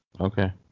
okay